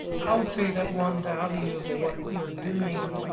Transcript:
i will say that one value of what you're doing,